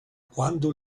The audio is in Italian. quando